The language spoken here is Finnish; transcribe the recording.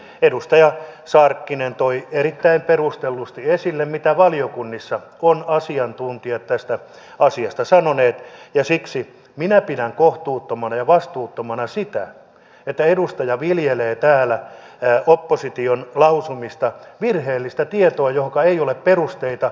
edustaja sarkkinen toi erittäin perustellusti esille mitä valiokunnissa ovat asiantuntijat tästä asiasta sanoneet ja siksi minä pidän kohtuuttomana ja vastuuttomana sitä että edustaja viljelee täällä opposition lausumista virheellistä tietoa jolle ei ole perusteita